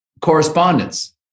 correspondence